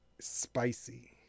spicy